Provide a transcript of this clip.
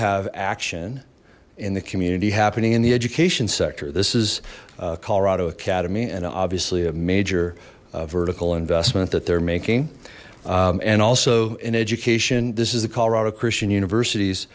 have action in the community happening in the education sector this is colorado academy and obviously a major vertical investment that they're making and also in education this is the colorado christian universities